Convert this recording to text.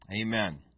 Amen